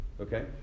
Okay